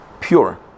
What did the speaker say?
pure